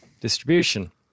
distribution